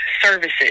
services